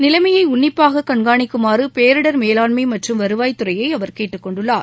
நிலைமையை உன்னிப்பாக கண்காணிக்குமாறு பேரிடர் மேலாண்மை மற்றும் வருவாய் துறையை அவர் கேட்டுக்கொண்டுள்ளார்